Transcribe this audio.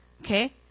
okay